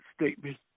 statement